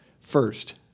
First